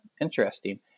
interesting